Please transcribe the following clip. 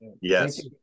Yes